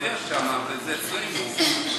שמופיע שם, וזה אצלנו.